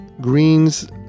greens